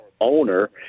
owner